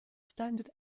standard